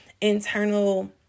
internal